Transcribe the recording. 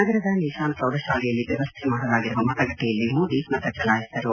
ನಗರದ ನಿಶಾನ್ ಪ್ರೌಢಶಾಲೆಯಲ್ಲಿ ವ್ಯವಸ್ಥೆ ಮಾಡಲಾಗಿರುವ ಮತಗಟ್ಟೆಯಲ್ಲಿ ಮೋದಿ ಮತಚಲಾಯಿಸಿದರು